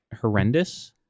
horrendous